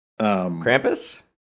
Krampus